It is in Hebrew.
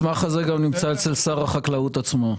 אצל שר החקלאות עצמו.